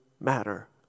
matter